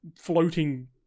floating